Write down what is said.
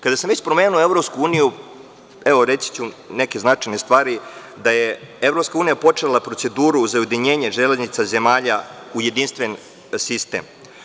Kada sam već pomenuo EU, reći ću neke značajne stvari, da je EU počela proceduru za ujedinjenje železnica zemalja u jedinstven sistem.